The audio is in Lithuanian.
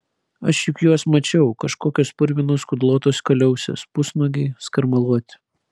aš juk juos mačiau kažkokios purvinos kudlotos kaliausės pusnuogiai skarmaluoti